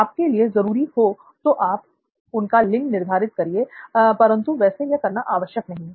आपके लिए जरूरी हो तो आप उनका लिंग निर्धारित करिए परंतु वैसे यह करना आवश्यक नहीं है